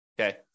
okay